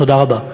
תודה רבה.